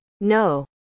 no